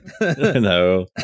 No